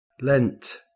lent